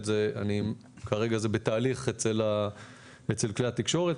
וכרגע זה בתהליך אצל כלי התקשורת,